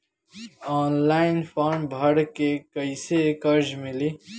Online form भर के कैसे कर्जा मिली?